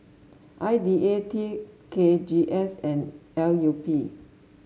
I D A T K G S and L U P